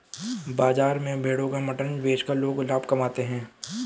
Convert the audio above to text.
बाजार में भेड़ों का मटन बेचकर लोग लाभ कमाते है